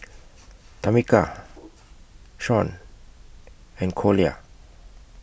Tamica Shaun and Collier